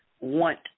want